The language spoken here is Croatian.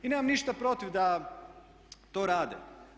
I nemam ništa protiv da to rade.